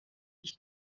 ich